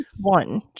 One